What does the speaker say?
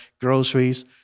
groceries